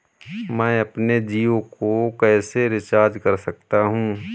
मैं अपने जियो को कैसे रिचार्ज कर सकता हूँ?